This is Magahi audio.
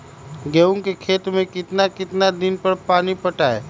गेंहू के खेत मे कितना कितना दिन पर पानी पटाये?